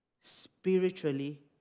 spiritually